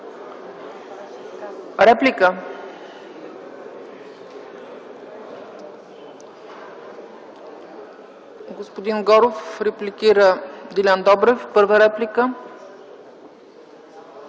Реплика? Господин Горов репликира Делян Добрев. Първа реплика.